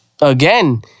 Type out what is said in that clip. again